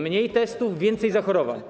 Mniej testów, więcej zachorowań.